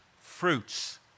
fruits